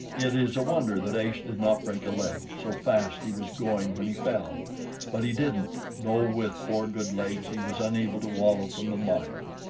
it is a wonder that ace did not break a leg, so fast he was going when he fell but he didn't, though with four good legs he was unable to wallow from the mire.